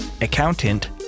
accountant